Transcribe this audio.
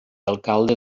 alcalde